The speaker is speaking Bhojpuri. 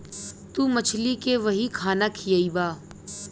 तू मछली के वही खाना खियइबा